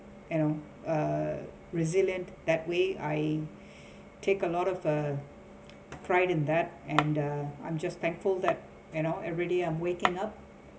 you know uh resilient that way I take a lot of uh pride in that and the I'm just thankful that you know everyday I'm waking up